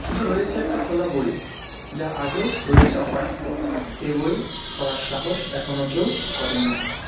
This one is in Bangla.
শুধু রয়েছে একটা খোলা বই যা আজও রয়েছে অপাঠ্য এ বই পড়ার সাহস এখনো কেউ করেনি